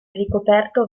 ricoperto